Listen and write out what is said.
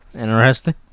interesting